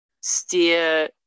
steer